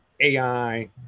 ai